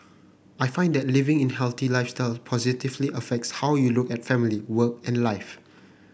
I find that living a healthy lifestyle positively affects how you look at family work and life